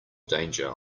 danger